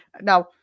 Now